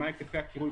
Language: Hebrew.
מה היקפי הקירוי,